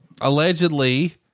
allegedly